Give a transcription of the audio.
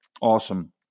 Awesome